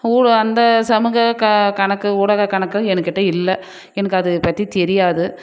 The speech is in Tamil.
ஊட அந்த சமூக கணக்கு ஊடக கணக்கு எனக்கிட்ட இல்லை எனக்கு அதை பற்றி தெரியாது